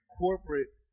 corporate